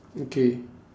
okay